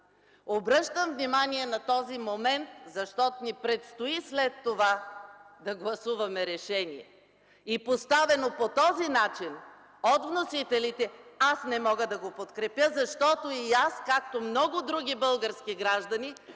Обръщам внимание на този момент, защото ни предстои след това да гласуваме решение. И поставено по този начин от вносителите, не мога да го подкрепя, защото и аз, както много други български граждани,